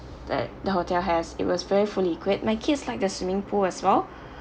that the hotel has it was very fully equipped my kids liked the swimming pool as well